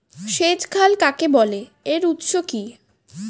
সেচ খাল কাকে বলে এর উৎস কি?